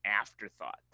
afterthought